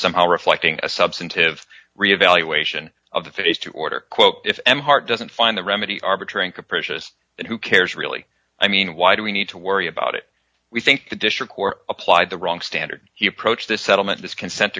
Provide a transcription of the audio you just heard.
somehow reflecting a substantive re evaluation of the face to order quote if any heart doesn't find the remedy arbitrary and capricious and who cares really i mean why do we need to worry about it we think the district court applied the wrong standard he approached the settlement this consent